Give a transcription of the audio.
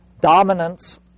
dominance